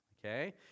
Okay